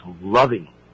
loving